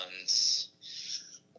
ones